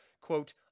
quote